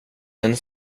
den